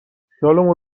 خیالمون